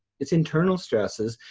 it's internal stresses.